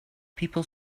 people